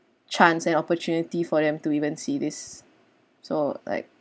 chance and opportunity for them to even see this so like